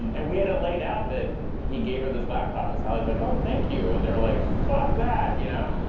and we had it laid out he gave her this laptop. and sally was like, oh, thank you. and they were like, fuck that, you know?